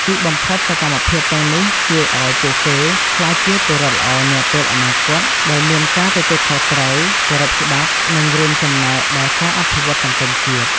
ទីបំផុត សកម្មភាពទាំងនេះជួយអោយពួកគេ ក្លាយជាពលរដ្ឋល្អនាពេលអនាគត ដែលមានការទទួលខុសត្រូវ គោរពច្បាប់ និងរួមចំណែកដល់ការអភិវឌ្ឍសង្គមជាតិ។